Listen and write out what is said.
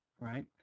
right